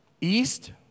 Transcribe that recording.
East